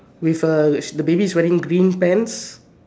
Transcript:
with a the baby is wearing green pants